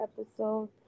episode